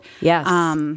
yes